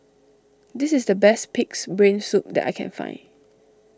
this is the best Pig's Brain Soup that I can find